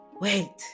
Wait